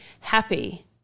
happy